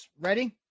Ready